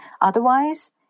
Otherwise